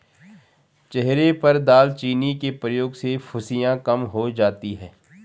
चेहरे पर दालचीनी के प्रयोग से फुंसियाँ कम हो जाती हैं